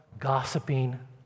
gossiping